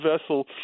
vessel